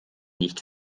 nicht